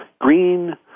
green